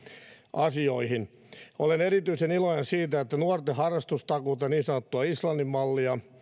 asioihin olen erityisen iloinen siitä että nuorten harrastustakuuta niin sanottua islannin mallia